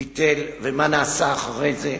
ביטל ומה נעשה אחרי זה.